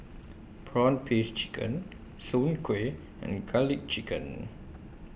Prawn Paste Chicken Soon Kueh and Garlic Chicken